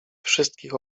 wszystkich